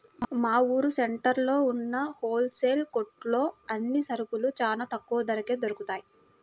మా ఊరు సెంటర్లో ఉన్న హోల్ సేల్ కొట్లో అన్ని సరుకులూ చానా తక్కువ ధరకే దొరుకుతయ్